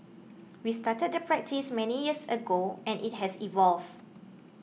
we started the practice many years ago and it has evolved